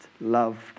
loved